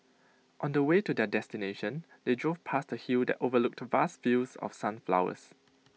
on the way to their destination they drove past A hill that overlooked vast fields of sunflowers